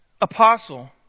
Apostle